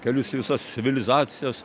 kelius į visas civilizacijas